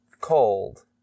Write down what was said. cold